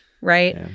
Right